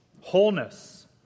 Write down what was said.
wholeness